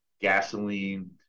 gasoline